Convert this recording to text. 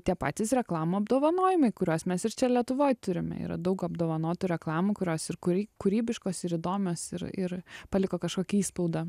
tie patys reklamų apdovanojimai kuriuos mes ir čia lietuvoj turime yra daug apdovanotų reklamų kurios ir kūry kūrybiškos ir įdomios ir ir paliko kažkokį įspaudą